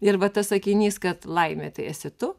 ir va tas sakinys kad laimė tai esi tu